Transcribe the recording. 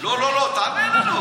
לא, לא, לא, תענה לנו.